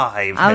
Five